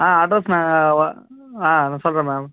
ஆ address நாங்கள் ஆ சொல்கிறேன் மேம்